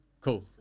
cool